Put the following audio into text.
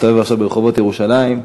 תסתובב עכשיו ברחובות ירושלים: